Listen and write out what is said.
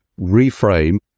reframe